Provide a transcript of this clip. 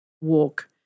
walk